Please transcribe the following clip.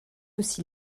aussi